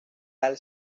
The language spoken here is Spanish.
tal